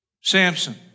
Samson